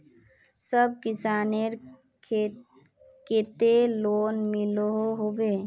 सब किसानेर केते लोन मिलोहो होबे?